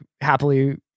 happily